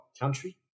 country